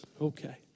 Okay